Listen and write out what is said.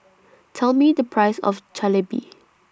Tell Me The Price of Jalebi